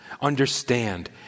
Understand